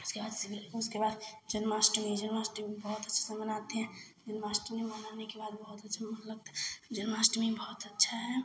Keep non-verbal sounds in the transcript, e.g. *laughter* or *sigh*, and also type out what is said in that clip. उसके बाद *unintelligible* उसके बाद जन्माष्टमी जन्माष्टमी बहुत अच्छे से मनाते हैं जन्माष्टमी मनाने के बाद बहुत अच्छा मन लगता है जन्माष्टमी बहुत अच्छी है